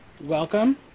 Welcome